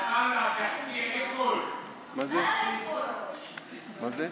זה החוק הגרוע ביותר לכל חבר כנסת ערבי מאז הקמת הכנסת ועד